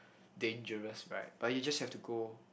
dangerous ride but you just have to go